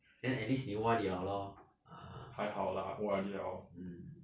then at least 你 O_R_D liao lor ah mm